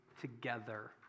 together